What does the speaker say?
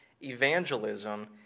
evangelism